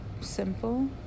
simple